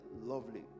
lovely